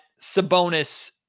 Sabonis